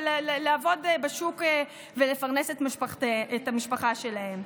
לעבוד בשוק ולפרנס את המשפחה שלהם.